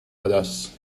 badass